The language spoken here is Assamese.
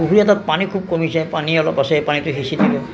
পুখুৰী এটা পানী খুব কমিছে পানী অলপ আছে পানীটো সিঁচি দিওঁ